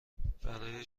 برای